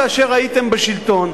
כאשר הייתם בשלטון.